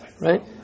right